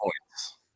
points